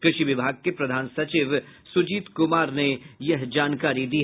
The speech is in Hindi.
कृषि विभाग के प्रधान सचिव सुजीत कुमार ने यह जानकारी दी